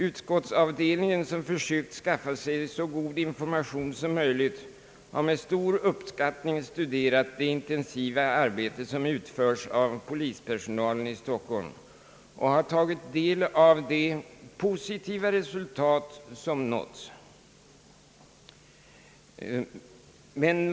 Utskottsavdelningen, som har försökt skaffa sig en så god information som möjligt, har med stor uppskattning studerat det intensiva arbete som utförs av polispersonalen i Stockholm och har tagit del av de positiva resultat som har nåtts.